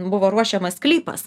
buvo ruošiamas sklypas